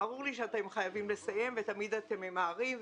ברור לי שאתם חייבים לסיים, ותמיד אתם ממהרים.